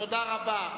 תודה רבה.